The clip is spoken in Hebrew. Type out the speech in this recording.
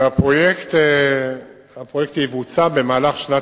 הפרויקט לא יצא לפועל עד